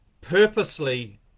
purposely